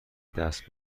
دست